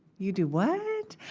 you do what?